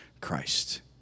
Christ